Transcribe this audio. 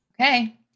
Okay